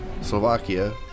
Slovakia